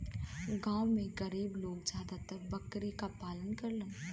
गांव में गरीब लोग जादातर बकरी क पालन करलन